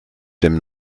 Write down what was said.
dem